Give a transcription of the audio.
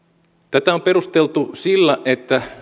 tätä on perusteltu sillä että